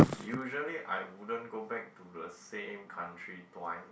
usually I wouldn't go back to the same country twice